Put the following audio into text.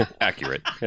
accurate